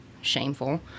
Shameful